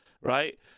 right